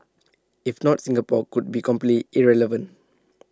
if not Singapore could be completely irrelevant